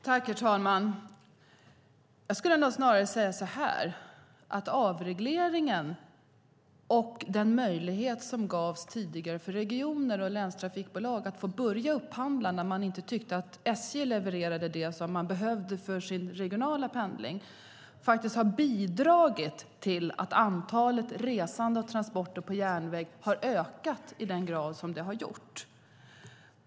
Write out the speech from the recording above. Herr talman! Jag skulle nog snarare säga så här: Avregleringen och den möjlighet som gavs tidigare för regioner och länstrafikbolag att få börja upphandla när man inte tyckte att SJ levererade det som man behövde för sin regionala pendling har bidragit till att antalet resande och transporter på järnväg har ökat i den grad som det har gjort.